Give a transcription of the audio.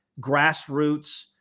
grassroots